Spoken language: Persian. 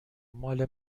مال